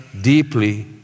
deeply